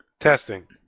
Testing